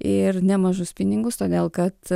ir nemažus pinigus todėl kad